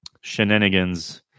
shenanigans